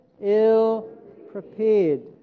Ill-prepared